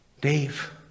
Dave